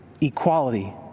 equality